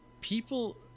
people